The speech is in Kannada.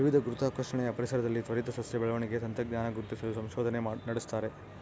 ವಿವಿಧ ಗುರುತ್ವಾಕರ್ಷಣೆಯ ಪರಿಸರದಲ್ಲಿ ತ್ವರಿತ ಸಸ್ಯ ಬೆಳವಣಿಗೆ ತಂತ್ರಜ್ಞಾನ ಗುರುತಿಸಲು ಸಂಶೋಧನೆ ನಡೆಸ್ತಾರೆ